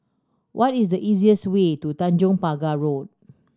what is the easiest way to Tanjong Pagar Road